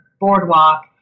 boardwalk